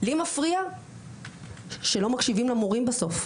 לי מפריע שלא מקשיבים למורים בסוף,